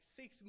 six